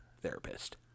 therapist